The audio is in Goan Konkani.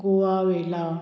गोवा वेल्हा